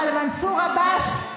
אבל מנסור עבאס לא רוצה.